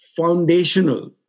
foundational